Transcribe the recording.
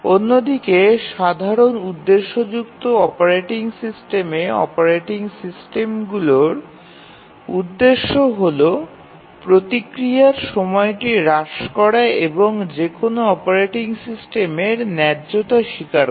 অন্যদিকে সাধারণ উদ্দেশ্যযুক্ত অপারেটিং সিস্টেমে অপারেটিং সিস্টেমগুলির উদ্দেশ্য হল প্রতিক্রিয়ার সময়টি হ্রাস করা এবং যে কোনও অপারেটিং সিস্টেমের ন্যায্যতা নিশ্চিত করা